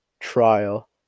trial